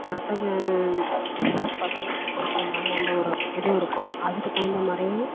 பசங்க பசங்களுக்கு பிடிக்குற மாதிரி அந்த ஒரு இது இருக்கும் அதுக்கு தகுந்த மாதிரியும்